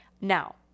Now